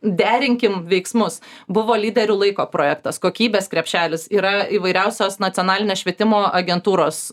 derinkim veiksmus buvo lyderių laiko projektas kokybės krepšelis yra įvairiausios nacionalinės švietimo agentūros